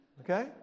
Okay